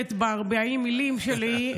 מוגבלת ב-40 המילים שלי.